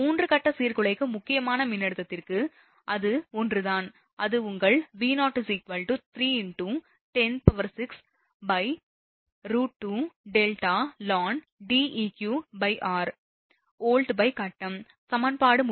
3 கட்ட சீர்குலைக்கும் முக்கியமான மின்னழுத்தத்திற்கு அது ஒன்றுதான் அது உங்கள் V0 3 × 106√2rδ ln Deqr வோல்ட்கட்டம் சமன்பாடு 38